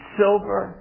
silver